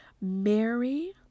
Mary